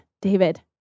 David